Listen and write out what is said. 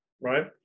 right